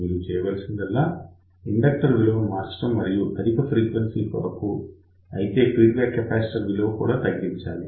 మీరు చేయవలసిందల్లా ఇండక్టర్ విలువ మార్చడం మరియు అధిక ఫ్రీక్వెన్సీ కొరకు అయితే ఫీడ్బ్యాక్ కెపాసిటర్ విలువ కూడా తగ్గించాలి